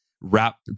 wrap